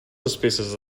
despeses